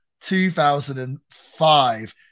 2005